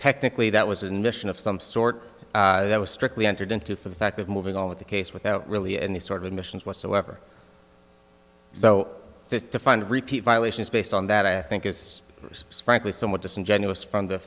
technically that was an mission of some sort that was strictly entered into for the fact of moving on with the case without really any sort of admissions whatsoever so defined repeat violations based on that i think is frankly somewhat disingenuous from the